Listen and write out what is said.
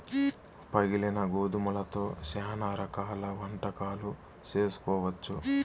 పగిలిన గోధుమలతో శ్యానా రకాల వంటకాలు చేసుకోవచ్చు